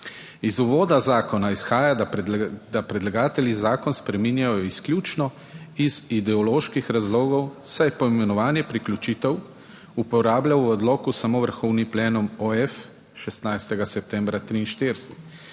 Iz uvoda zakona izhaja, da predlagatelji zakon spreminjajo izključno iz ideoloških razlogov, saj poimenovanje priključitev uporablja v odloku samo Vrhovni plenum OF 16. septembra 2043